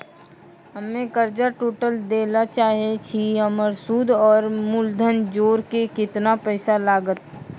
हम्मे कर्जा टोटल दे ला चाहे छी हमर सुद और मूलधन जोर के केतना पैसा लागत?